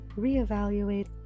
reevaluate